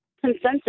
consensus